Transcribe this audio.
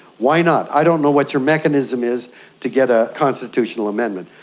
why not? i don't know what your mechanism is to get a constitutional amendment.